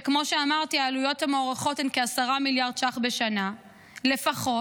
שכמו שאמרתי העלויות המוערכות הן כ-10 מיליארד ש"ח בשנה לפחות,